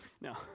No